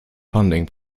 funding